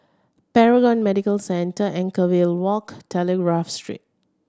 Paragon Medical Centre Anchorvale Walk Telegraph Street